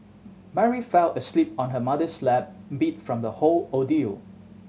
Mary fell asleep on her mother's lap beat from the whole ordeal